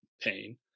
pain